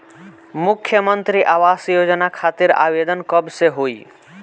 मुख्यमंत्री आवास योजना खातिर आवेदन कब से होई?